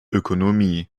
ökonomie